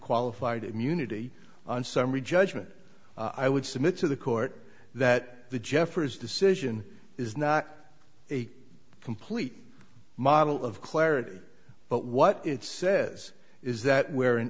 qualified immunity on summary judgment i would submit to the court that the jeffers decision is not a complete model of clarity but what it says is that where an